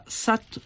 sat